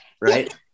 right